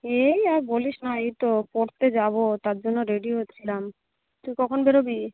এই আর বলিস না এই তো পড়তে যাব তারজন্য রেডি হচ্ছিলাম তুই কখন বেরোবি